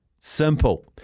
simple